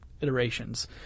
iterations